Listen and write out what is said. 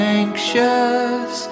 anxious